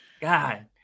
God